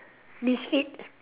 misfit